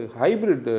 hybrid